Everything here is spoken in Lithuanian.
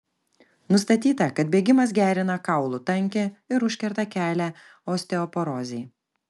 nustatyta kad bėgimas gerina kaulų tankį ir užkerta kelią osteoporozei